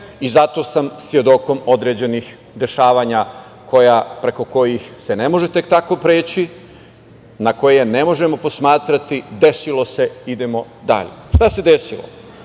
i zato sam svedok određenih dešavanja preko kojih se ne može tek tako preći, na koje ne možemo posmatrati, desilo se, idemo dalje. Šta se desilo?